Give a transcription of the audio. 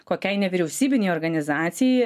kokiai nevyriausybinei organizacija